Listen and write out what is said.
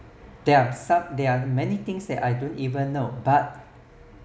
there are some there are many things that I don't even know but